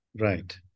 Right